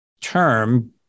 term